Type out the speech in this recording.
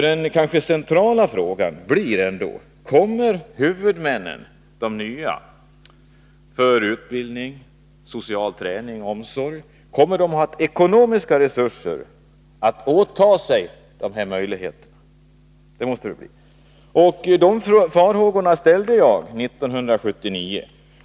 Den centrala frågan blir ändå: Kommer de nya huvudmännen för utbildning, social träning och omsorg att ha ekonomiska resurser att åta sig dessa uppgifter? Jag uttryckte farhågor i detta avseende 1979.